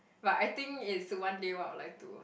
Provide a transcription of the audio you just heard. but I think it's one day what I will like to